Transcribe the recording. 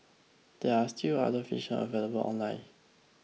there are still other versions available online